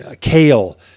Kale